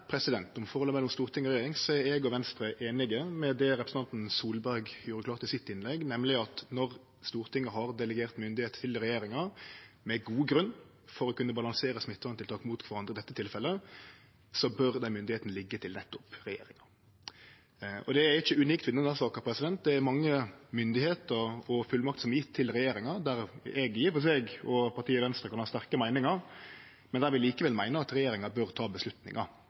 om forholdet mellom storting og regjering, er eg og Venstre einige i det representanten Solberg gjorde klart i innlegget sitt, nemleg at når Stortinget har delegert myndigheit til regjeringa, med god grunn, i dette tilfellet for å kunne balansere smitteverntiltak mot kvarandre, bør den myndigheita liggje til nettopp regjeringa. Det er ikkje unikt for denne saka, det er mykje myndigheit og mange fullmakter som er gjeve til regjeringa, der i og for seg eg og partiet Venstre kan ha sterke meiningar, men der vi likevel meiner at regjeringa bør ta